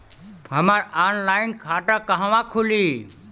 हमार ऑनलाइन खाता कहवा खुली?